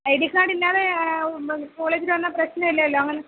I D കാഡില്ലാതെ കോളേജില് വന്നാല് പ്രശ്നമില്ലല്ലോ അങ്ങനെ